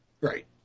Right